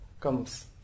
comes